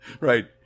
Right